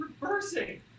reversing